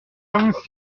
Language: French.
assez